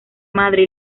madre